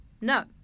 no